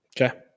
Okay